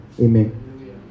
Amen